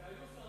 והיו שרי